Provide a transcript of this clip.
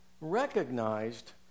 recognized